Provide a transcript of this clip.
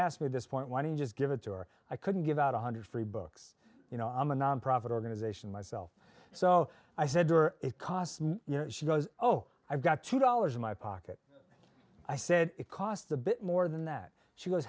asked me this point why don't you just give it to her i couldn't give out one hundred free books you know i'm a nonprofit organization myself so i said to her it costs you know she goes oh i've got two dollars in my pocket i said it cost a bit more than that she goes